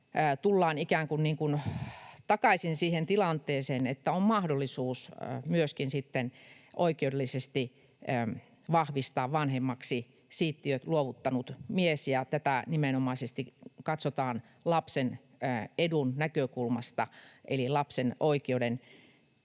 kuin takaisin siihen tilanteeseen, että on mahdollisuus myöskin oikeudellisesti vahvistaa vanhemmaksi siittiöt luovuttanut mies, ja tätä nimenomaisesti katsotaan lapsen edun näkökulmasta, eli lapsen oikeus